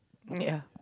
ya